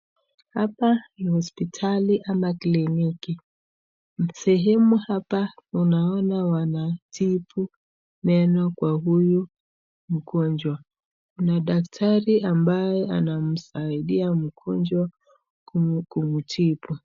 Hapa ni hospitali ama kliniki, sehemu hapa unaona wanatibu meno kwa huyu mgonjwa na daktari ambaye anamsaidia mgonjwa kumtibu.